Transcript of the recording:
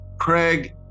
craig